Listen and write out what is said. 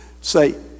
Say